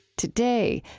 today,